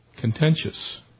contentious